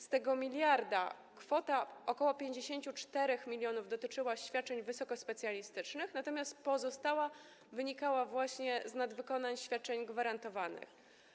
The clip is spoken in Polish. Z tego 1 mld kwota ok. 54 mln dotyczyła świadczeń wysokospecjalistycznych, natomiast pozostała wynikała z nadwykonań świadczeń gwarantowanych.